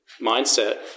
mindset